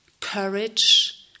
courage